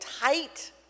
tight